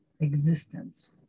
existence